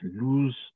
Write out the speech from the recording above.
lose